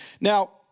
Now